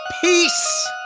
Peace